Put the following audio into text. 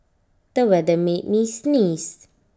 the weather made me sneeze